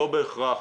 לא בהכרח